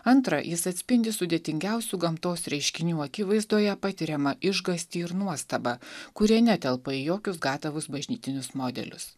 antra jis atspindi sudėtingiausių gamtos reiškinių akivaizdoje patiriamą išgąstį ir nuostabą kurie netelpa į jokius gatavus bažnytinius modelius